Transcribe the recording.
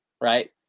right